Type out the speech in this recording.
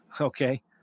okay